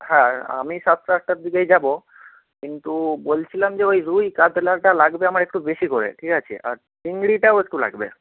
হ্যাঁ আমি সাতটা আটটার দিকেই যাবো কিন্তু বলছিলাম যে ওই রুই কাতলাটা লাগবে আমার একটু বেশি করে ঠিক আছে আর চিংড়িটাও একটু লাগবে